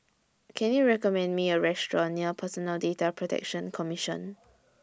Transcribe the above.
Can YOU recommend Me A Restaurant near Personal Data Protection Commission